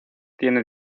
tiene